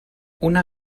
una